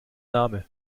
name